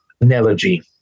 analogy